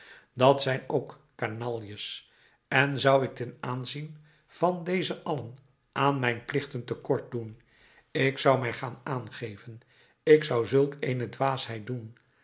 dat zijn ook kanaljes en zou ik ten aanzien van deze allen aan mijn plichten te kort doen ik zou mij gaan aangeven ik zou zulk eene dwaasheid doen